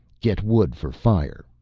get wood for fire,